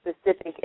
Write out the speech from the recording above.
specific